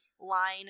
line